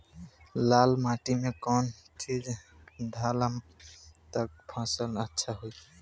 लाल माटी मे कौन चिज ढालाम त फासल अच्छा होई?